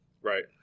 Right